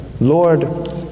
Lord